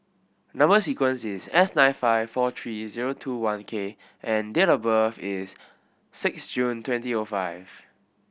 number sequence is S nine five four three zero two one K and date of birth is six June twenty O five